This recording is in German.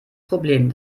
problem